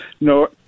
No